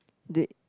did